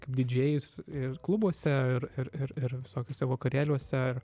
kaip didžėjus ir klubuose ir ir ir visokiuose vakarėliuose ir